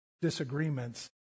disagreements